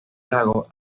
lago